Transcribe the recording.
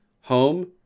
home